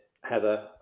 Heather